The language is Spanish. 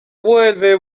vuelve